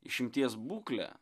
išimties būklė